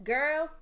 Girl